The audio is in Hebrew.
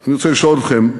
אני רוצה לשאול אתכם,